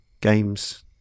games